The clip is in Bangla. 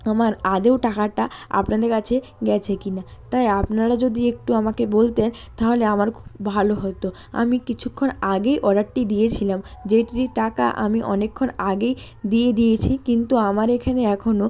আমার আদৌ টাকাটা আপনাদের কাছে গেছে কিনা তাই আপনারা যদি একটু আমাকে বলতেন তাহলে আমার খুব ভালো হতো আমি কিছুক্ষণ আগেই অর্ডারটি দিয়েছিলাম যেটির টাকা আমি অনেকক্ষণ আগেই দিয়ে দিয়েছি কিন্তু আমার এখানে এখনো